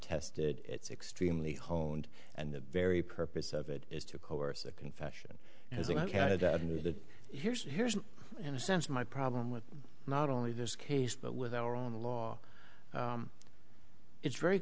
tested it's extremely honed and the very purpose of it is to coerce a confession that here's here's in a sense my problem with not only this case but with our own law it's very